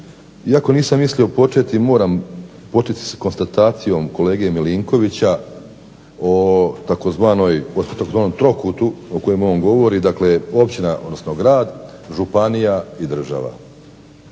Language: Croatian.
Iako nisam mislio početi moram početi sa konstatacijom kolege Milinkovića o tzv. trokutu o kojemu on govori. Dakle, općina odnosno grad, županija i država.